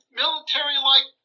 military-like